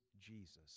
Jesus